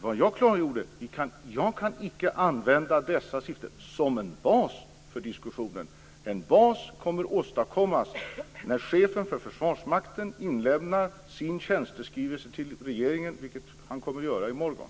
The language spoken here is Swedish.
Vad jag klargjorde är att jag icke kan använda dessa siffror som en bas för diskussionen. En bas kommer att åstadkommas när chefen för Försvarsmakten inlämnar sin tjänsteskrivelse till regeringen, vilket han kommer att göra i morgon.